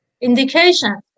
indication